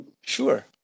Sure